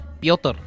Piotr